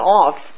off